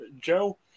Joe